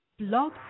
blog